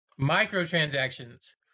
microtransactions